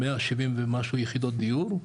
170 ומשהו יחידות דיור.